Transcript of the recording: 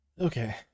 okay